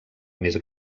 més